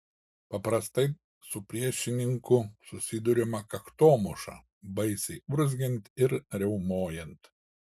paprastai su priešininku susiduriama kaktomuša baisiai urzgiant ir riaumojant